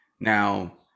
Now